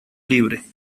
libre